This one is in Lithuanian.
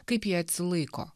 kaip jie atsilaiko